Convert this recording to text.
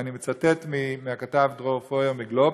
ואני מצטט מהכתב דרור פויר מגלובס,